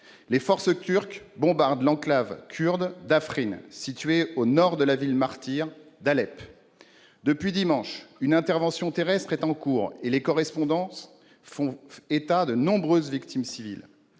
les forces turques bombardent l'enclave kurde d'Afrin, située au nord de la ville martyre d'Alep. Depuis dimanche, une intervention terrestre est en cours et les correspondances font état de nombreuses victimes civiles.